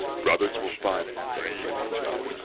brothers will find but and kill each other, yeah